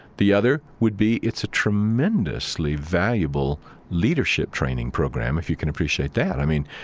the other would be it's a tremendously valuable leadership training program if you can appreciate that. i mean,